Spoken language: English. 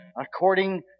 according